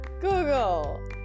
Google